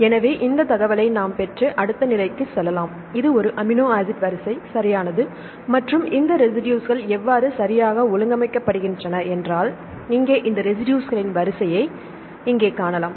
எனவே இந்த தகவலை நாம் பெற்று அடுத்த நிலைக்குச் செல்லலாம் இது ஒரு அமினோ ஆசிட் வரிசை சரியானது மற்றும் இந்த ரெசிடுஸ்கள் எவ்வாறு சரியாக ஒழுங்கமைக்கப்படுகின்றன என்றால் இங்கே இந்த ரெசிடுஸ்களின் வரிசையை இங்கே காணலாம்